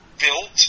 built